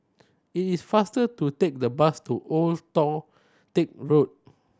it is faster to take the bus to Old Toh Tuck Road